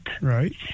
Right